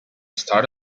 start